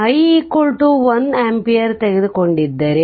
i 1 ampere ತೆಗೆದುಕೊಂಡಿದ್ದರೆ